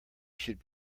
should